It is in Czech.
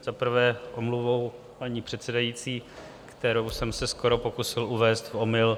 Za prvé omluvou paní předsedající, kterou jsem se skoro pokusil uvést v omyl.